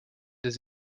des